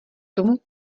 tomu